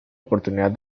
oportunidad